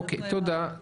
אוקיי, תודה.